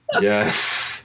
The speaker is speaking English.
Yes